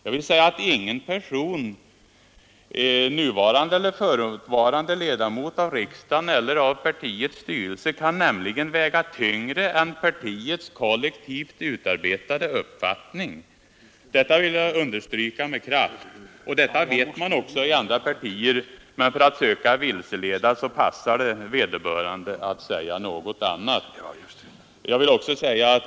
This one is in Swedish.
Ingen person, nuvarande eller förutvarande ledamot av riksdagen eller av partiets styrelse, kan nämligen väga tyngre än partiets kollektivt utarbetade uppfattning. Detta vill jag understryka med kraft, och detta vet man också inom andra partier, men för att söka vilseleda passar det vederbörande att säga något annat.